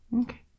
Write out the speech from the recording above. Okay